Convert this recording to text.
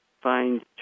find